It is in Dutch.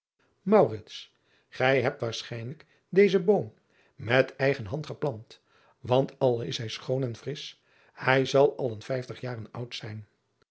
ij hebt waarschijnlijk dezen boom met eigen hand geplant want al is hij schoon en frisch hij zal al een vijftig jaren oud zijn